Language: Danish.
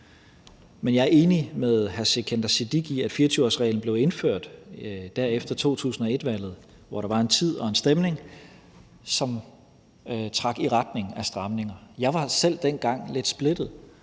Men jeg er enig med hr. Sikandar Siddique i, at 24-årsreglen blev indført efter 2001-valget i en tid, hvor der var en stemning, som trak i retning af stramninger. Jeg var dengang selv lidt splittet.